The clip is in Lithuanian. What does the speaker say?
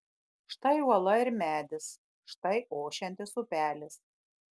štai uola ir medis štai ošiantis upelis